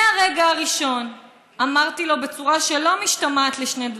מהרגע הראשון אמרתי לו בצורה שלא משתמעת לשני,